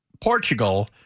Portugal